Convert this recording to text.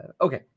Okay